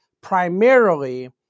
primarily